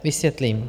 Vysvětlím.